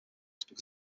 because